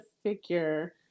Figure